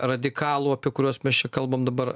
radikalų apie kuriuos mes čia kalbam dabar